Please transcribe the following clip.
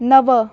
नव